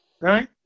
Right